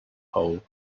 hole